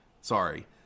Sorry